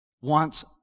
wants